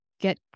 Get